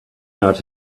not